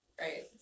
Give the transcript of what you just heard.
Right